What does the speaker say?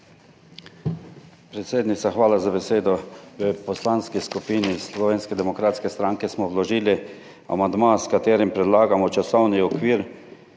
Predsednica, hvala za besedo. V Poslanski skupini Slovenske demokratske stranke smo vložili amandma, s katerim predlagamo časovni okvir,